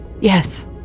Yes